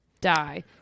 die